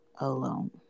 alone